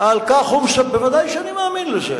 על כך הוא, ואתה מאמין לזה?